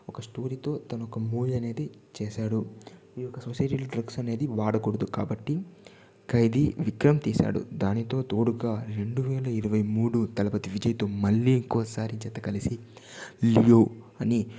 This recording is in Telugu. ఒక స్టోరీతో తను ఒక మూవీ అనేది చేశాడు ఈ యొక్క సొసైటీ డ్రగ్స్ అనేది వాడకూడదు కాబట్టి ఖైదీ విక్రమ్ తీశాడు దానితో తోడుగా రెండువేల ఇరవైముడు దళపతి విజయ్తో మళ్ళీ ఇంకోసారి జత కలిసి లియో అని